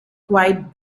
quite